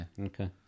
Okay